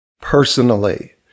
personally